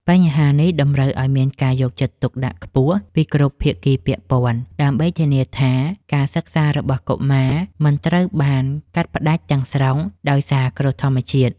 បញ្ហានេះតម្រូវឱ្យមានការយកចិត្តទុកដាក់ខ្ពស់ពីគ្រប់ភាគីពាក់ព័ន្ធ ដើម្បីធានាថាការសិក្សារបស់កុមារមិនត្រូវបានកាត់ផ្ដាច់ទាំងស្រុងដោយសារគ្រោះធម្មជាតិ។